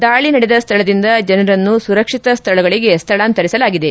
ದಾಳಿ ನಡೆದ ಸ್ಥಳದಿಂದ ಜನರನ್ನು ಸುರಕ್ಷಿತ ಸ್ಥಳಗಳಿಗೆ ಸ್ಥಳಾಂತರಿಸಲಾಗಿದೆ